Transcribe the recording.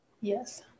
Yes